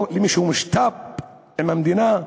או מי שהוא משת"פ עם המדינה.